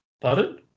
pardon